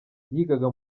yigaga